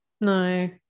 no